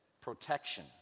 protection